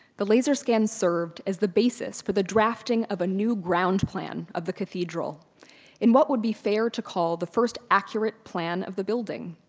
the laser scans served as the basis for the drafting of a new ground plan of the cathedral in what would be fair to call the first accurate plan of the building.